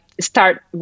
start